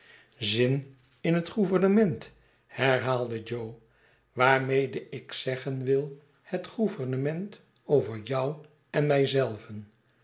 zin in het gouvernement herhaalde jo waarmee ik zeggen wil het gouvernement over jou en mij